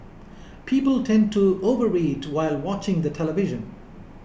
people tend to overeat while watching the television